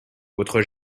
votre